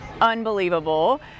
unbelievable